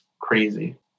crazy